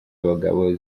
abagabo